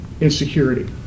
insecurity